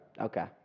Okay